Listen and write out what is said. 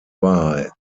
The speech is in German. war